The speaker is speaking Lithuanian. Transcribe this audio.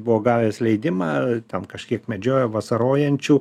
buvo gavęs leidimą ten kažkiek medžiojo vasarojančių